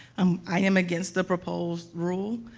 um, i am against the proposed rule.